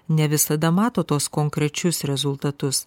ne visada mato tuos konkrečius rezultatus